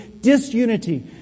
disunity